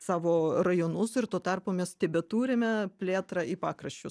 savo rajonus ir tuo tarpu mes tebeturime plėtrą į pakraščius